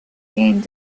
gained